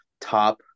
top